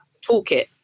toolkit